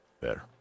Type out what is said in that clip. Better